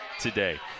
today